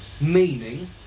meaning